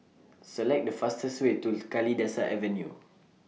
Select The fastest Way to Kalidasa Avenue